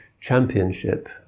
championship